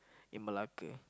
in Malacca